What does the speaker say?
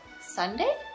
Sunday